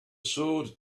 sword